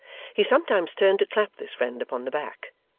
he sometimes turned to clap this friend upon the back,